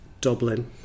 Dublin